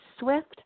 swift